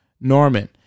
Norman